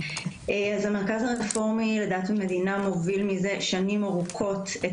המרכז הרפורמי לדת ומדינה מוביל מזה שנים ארוכות את